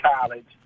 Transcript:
college